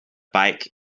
bike